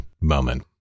moment